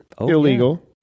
illegal